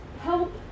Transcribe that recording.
help